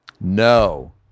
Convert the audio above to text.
No